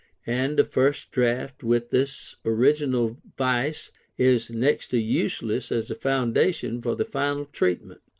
and a first draft with this original vice is next to useless as a foundation for the final treatment.